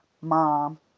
mom